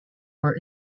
were